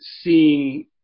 seeing